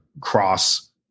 cross